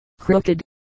crooked